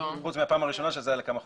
חוץ מהפעם הראשונה שזה היה לכמה חודשים.